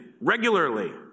regularly